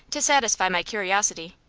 to satisfy my curiosity,